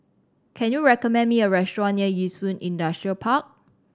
can you recommend me a restaurant near Yishun Industrial Park